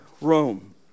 Rome